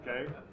Okay